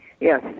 Yes